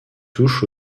touchent